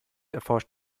erforscht